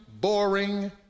boring